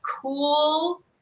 cool